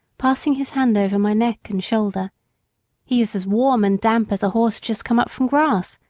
passing his hand over my neck and shoulder he is as warm and damp as a horse just come up from grass.